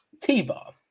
T-Bar